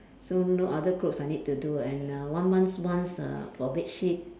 so no other clothes I need to do and uh one months once uh for bed sheet